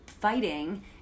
fighting